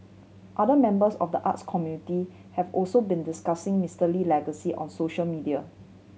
other members of the arts community have also been discussing Mister Lee legacy on social media